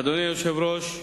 אדוני היושב-ראש,